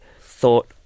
thought